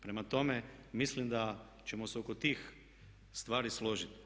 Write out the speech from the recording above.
Prema tome, mislim da ćemo se oko tih stvari složiti.